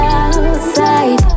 outside